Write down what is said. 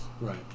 Right